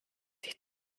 sich